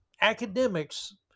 Academics